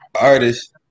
artist